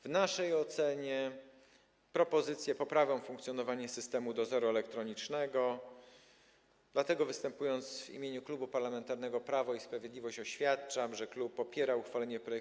W naszej ocenie propozycje poprawią funkcjonowanie systemu dozoru elektronicznego, dlatego występując w imieniu Klubu Parlamentarnego Prawo i Sprawiedliwość, oświadczam, że klub popiera uchwalenie ustawy przez Sejm.